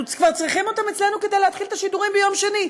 אנחנו כבר צריכים אותם אצלנו כדי להתחיל את השידורים ביום שני.